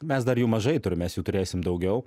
mes dar jų mažai turim mes jų turėsim daugiau